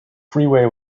freeway